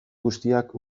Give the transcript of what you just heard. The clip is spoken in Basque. guztiak